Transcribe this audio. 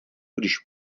když